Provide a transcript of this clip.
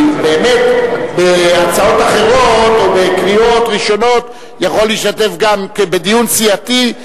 כי באמת בהצעות אחרות או בקריאות ראשונות יכול להשתתף גם בדיון סיעתי,